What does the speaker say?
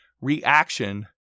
reaction